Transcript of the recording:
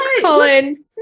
colin